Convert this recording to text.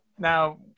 Now